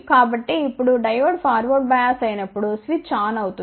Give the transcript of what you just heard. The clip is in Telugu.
కాబట్టి ఇప్పుడు డయోడ్ ఫార్వర్డ్ బయాస్ అయినప్పుడు స్విచ్ ఆన్ అవుతుంది